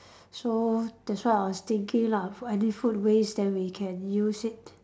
so that's why I was thinking lah foo~ any food waste then we can use it